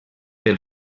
pel